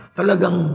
talagang